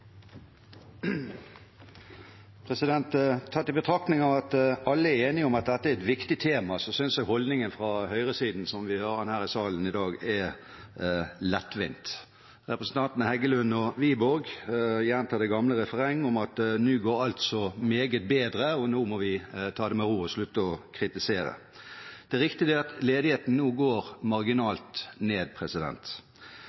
Tatt i betraktning at alle er enige om at dette er et viktig tema, synes jeg den holdningen fra høyresiden som vi ser i salen i dag, er lettvint. Representantene Heggelund og Wiborg gjentar det gamle refrenget om at nu går alt så meget bedre, og nå må vi ta det med ro og slutte å kritisere. Det er riktig at ledigheten nå går